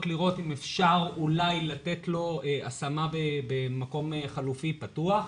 לראות אם אפשר אולי לתת לו השמה במקום חלופי פתוח,